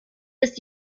ist